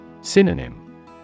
Synonym